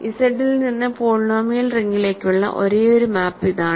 ഇസഡിൽ നിന്ന് പോളിനോമിയൽ റിംഗിലേക്കുള്ള ഒരേയൊരു മാപ്പ് ഇതാണ്